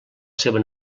seva